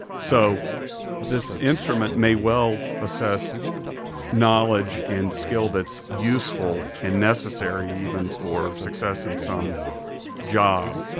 so this instrument may well assess knowledge and skill that's useful, and necessary even, for success in some job.